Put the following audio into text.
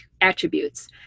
attributes